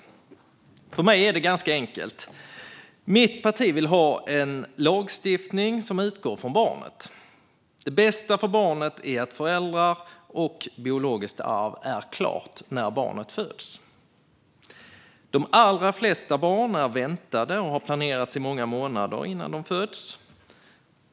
För mig är det ganska enkelt. Mitt parti vill ha en lagstiftning som utgår från barnet. Det bästa för barnet är att föräldrar och biologiskt arv är klart när barnet föds. De allra flesta barn är väntade och har planerats i många månader innan de föds.